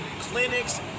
clinics